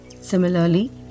Similarly